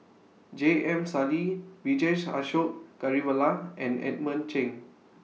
J M Sali Vijesh Ashok Ghariwala and Edmund Cheng